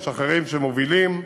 יש אחרים שמובילים,